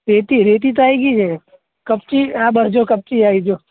રેતી રેતી તો આવી ગઈ છે કપચી હા બસ જો કપચી આવી જો